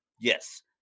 Yes